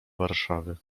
warszawy